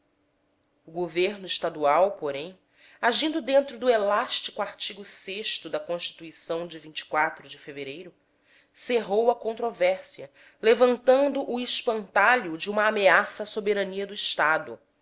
o governo estadual porém agindo dentro do elástico art o da constituição de de fevereiro cerrou a controvérsia levantando o espantalho de uma ameaça à soberania do estado